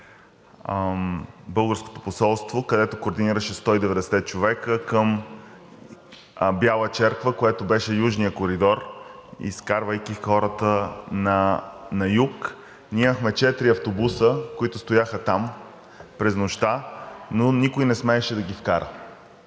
българското посолство, което координираше 190 човека към Бяла черква, което беше южният коридор. Изкарвайки хората на юг, ние имахме четири автобуса, които стояха там през нощта, но никой не смееше да ги вкара.